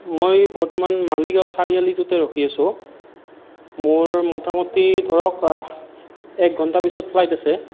মই বৰ্তমান মালিগাঁও চাৰিআলিটোতে ৰখি আছোঁ মোৰ মোটামুটি ধৰক এক ঘণ্টা পিছত ফ্লাইট আছে